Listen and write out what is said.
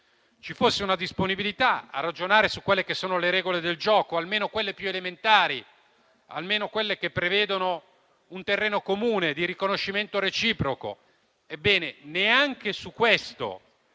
ci fosse una disponibilità a ragionare sulle regole del gioco, almeno quelle più elementari, che prevedono un terreno comune di riconoscimento reciproco.